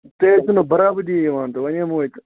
تُہۍ حظ چھَو نہٕ برابری یِوان تہٕ وَنیٛومے ہَے تہٕ